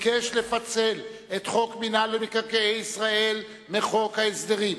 שביקש לפצל את חוק מינהל מקרקעי ישראל מחוק ההסדרים.